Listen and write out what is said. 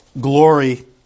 Glory